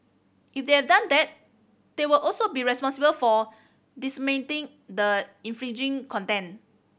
if they're done that they would also be responsible for disseminating the infringing content